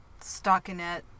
stockinette